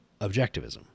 objectivism